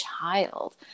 child